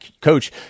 coach